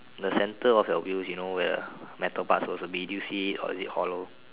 the centre of your wheels you know where the metal part should be do you see it or is it hollow